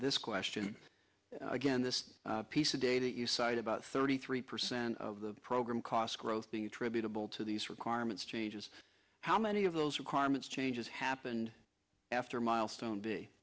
this question again this piece of data you cite about thirty three percent of the program cost growth being attributable to these requirements changes how many of those requirements changes happened after milestone b